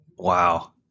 Wow